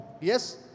Yes